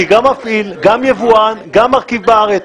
אני גם מפעיל, גם יבואן, גם מרכיב בארץ.